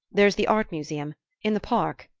there's the art museum in the park,